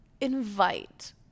invite